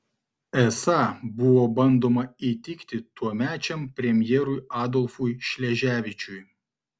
esą buvo bandoma įtikti tuomečiam premjerui adolfui šleževičiui